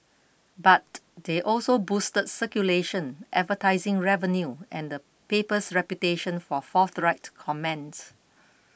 but they also boosted circulation advertising revenue and paper's reputation for forthright comments